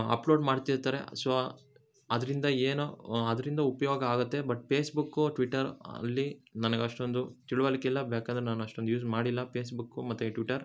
upload ಮಾಡ್ತಿರ್ತರೆ so ಅದರಿಂದ ಏನು ಅದರಿಂದ ಉಪಯೋಗ ಆಗತ್ತೆ ಬಟ್ ಪೇಸ್ಬುಕ್ಕು ಟ್ವಿಟರ್ ಅಲ್ಲಿ ನನಗೆ ಅಷ್ಟೊಂದು ತಿಳುವಳಿಕೆ ಇಲ್ಲ ಯಾಕಂದರೆ ನಾನು ಅಷ್ಟೊಂದು ಯೂಸ್ ಮಾಡಿಲ್ಲ ಪೇಸ್ಬುಕ್ಕು ಮತ್ತು ಟ್ವಿಟರ್